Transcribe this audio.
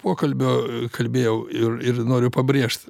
pokalbio kalbėjau ir ir noriu pabrėžt